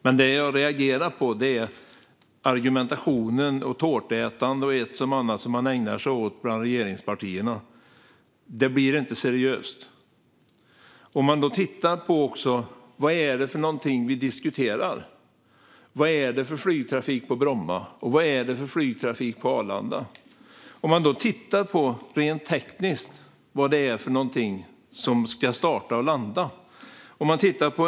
Men det jag reagerar på är argumentationen, tårtätandet och ett och annat som regeringspartierna ägnar sig åt. Det blir inte seriöst. Vad är det då för något vi diskuterar? Vad är det för flygtrafik på Bromma, och vad är det för flygtrafik på Arlanda? Man kan titta på vad det rent tekniskt är för något som ska starta och landa.